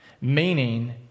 Meaning